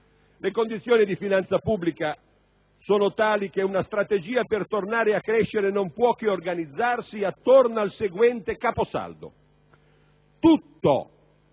Le condizioni di finanza pubblica sono tali che una strategia per tornare a crescere non può che organizzarsi attorno al seguente caposaldo: